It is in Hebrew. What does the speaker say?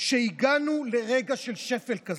שהגענו לרגע של שפל כזה,